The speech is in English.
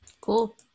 cool